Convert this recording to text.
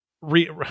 re